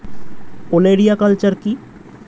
ওলেরিয়া কালচার কি?